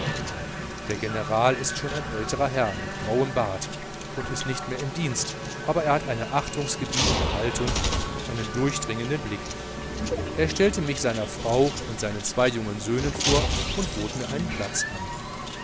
der general ist schon ein älterer herr mit grauem bart und ist nicht mehr im dienst aber er hat eine imponierende haltung und einen durchdringenden blick er stellte mich seiner frau und seinen zwei jungen söhnen vor und bot mir einen platz an